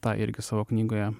tą irgi savo knygoje